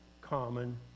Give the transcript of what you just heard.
common